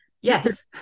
yes